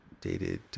dated